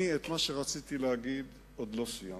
אני, את מה שרציתי להגיד, עוד לא סיימתי.